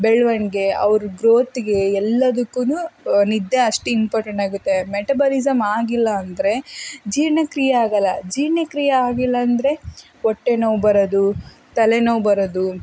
ಬೆಳವಣ್ಗೆ ಅವ್ರ ಗ್ರೋತಿಗೆ ಎಲ್ಲದುಕ್ಕು ನಿದ್ದೆ ಅಷ್ಟು ಇಂಪಾರ್ಟೆಂಟ್ ಆಗುತ್ತೆ ಮೆಟಬಾಲಿಝಮ್ ಆಗಿಲ್ಲ ಅಂದರೆ ಜೀರ್ಣಕ್ರಿಯೆ ಆಗಲ್ಲ ಜೀರ್ಣಕ್ರಿಯೆ ಆಗಿಲ್ಲ ಅಂದರೆ ಹೊಟ್ಟೆನೋವ್ ಬರೋದು ತಲೆನೋವು ಬರೋದು